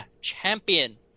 Champion